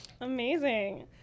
Amazing